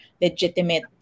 legitimate